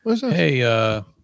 Hey